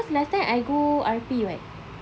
because last time I go R_P [what]